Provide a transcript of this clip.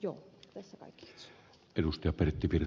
jo tässä kaikki siis kaiken kaikkiaan